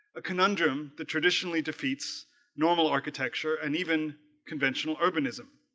a conundrum that traditionally defeats normal architecture and even conventional urbanism